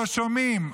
לא שומעים,